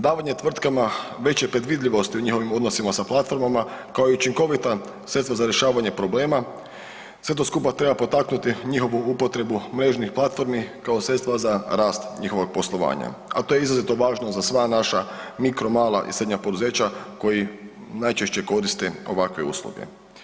Davanje tvrtkama veće predvidljivosti u njihovim odnosima sa platformama kao i učinkovita sredstva za rješavanje problema se to skupa treba potaknuti njihovu upotrebu mrežnih platformi kao sredstva za rast njihovog poslovanja, a to je izuzetno važno za sva naša mikro, mala i srednja poduzeća koji najčešće koriste ovakve usluge.